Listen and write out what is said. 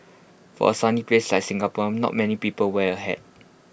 for A sunny place like Singapore not many people wear A hat